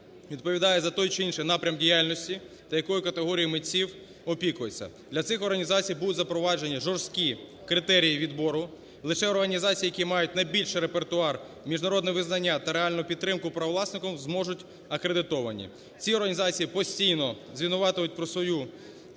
відповідає за той чи інший напрям діяльності та якої категорії митців опікується. Для цих організацій будуть запровадження жорсткі критерії відбору. Лише організації, які мають найбільший репертуар, міжнародне визнання та реальну підтримку правовласником зможуть акредитовані. Ці організації постійно звітуватимуть про свою